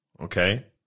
Okay